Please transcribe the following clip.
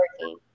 working